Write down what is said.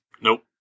Nope